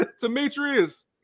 Demetrius